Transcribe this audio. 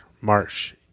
Marsh